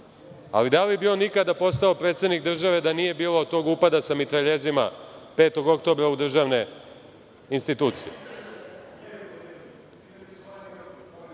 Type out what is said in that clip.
ali da li bi on ikada postao predsednik države da nije bilo tog upada sa mitraljezima 5. oktobra u državne institucije? Što